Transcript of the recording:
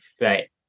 right